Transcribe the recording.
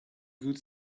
good